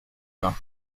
bains